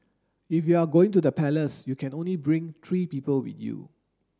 if you are going to the palace you can only bring three people with you